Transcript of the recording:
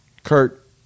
Kurt